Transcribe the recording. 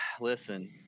listen